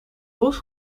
huls